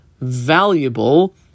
valuable